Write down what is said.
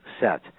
set